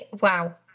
wow